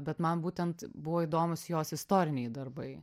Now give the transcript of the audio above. bet man būtent buvo įdomūs jos istoriniai darbai